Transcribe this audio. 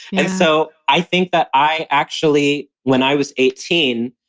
and so i think that i actually when i was eighteen,